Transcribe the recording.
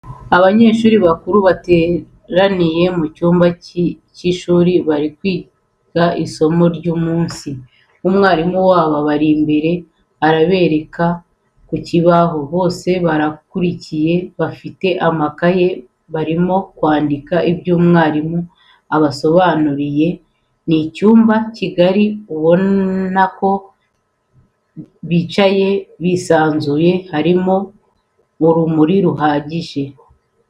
Abanyeshuri bakuru bateraniye mu cyumba cy'ishuri bari kwiga isomo ry'umunsi, umwalimu wabo ari imbere arabereka ku kibaho, bose barakurikiye bafite amakaye barimo kwandika ibyo umwalimu abasobanuriye. ni icyumba kigari ubona ko bicaye bisanzuye , harimo urumuri ruhagije.